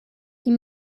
die